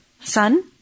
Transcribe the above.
son